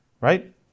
right